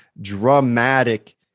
dramatic